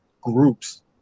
groups